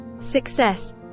Success